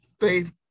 faith